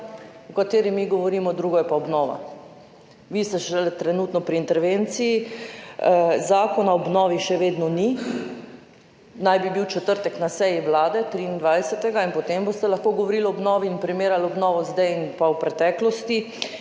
o kateri mi govorimo, drugo je pa obnova. Vi ste trenutno šele pri intervenciji, Zakona o obnovi še vedno ni, naj bi bil v četrtek, 23., na seji Vlade in potem boste lahko govorili o obnovi in primerjali obnovo zdaj in v preteklosti.